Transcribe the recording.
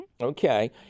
Okay